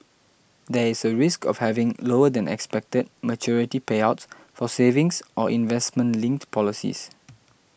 there is a risk of having lower than expected maturity payouts for savings or investment linked policies